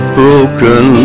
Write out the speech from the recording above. broken